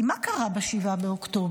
כי מה קרה ב-7 באוקטובר?